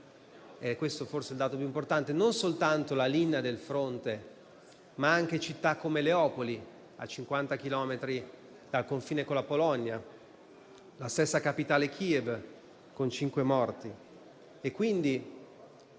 - questo forse è il dato più importante - la linea del fronte, ma anche città come Leopoli, a 50 chilometri dal confine con la Polonia, e la stessa capitale Kiev, con cinque morti.